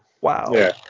Wow